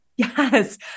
Yes